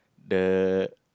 the